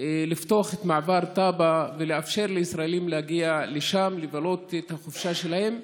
לפתוח את מעבר טאבה ולאפשר לישראלים להגיע לשם לבלות את החופשה שלהם,